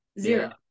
Zero